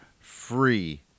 free